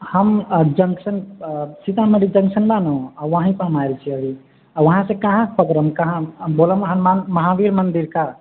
हम junction Sitamarhi junction है नु वहीं पर हम आयल छिए अभि वहाँ से कहाँ पकड़ब कहाँ हम बोलबै हनुमान महावीर मन्दिर का